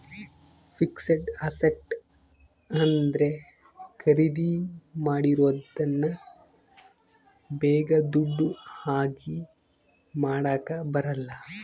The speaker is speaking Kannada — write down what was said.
ಫಿಕ್ಸೆಡ್ ಅಸ್ಸೆಟ್ ಅಂದ್ರೆ ಖರೀದಿ ಮಾಡಿರೋದನ್ನ ಬೇಗ ದುಡ್ಡು ಆಗಿ ಮಾಡಾಕ ಬರಲ್ಲ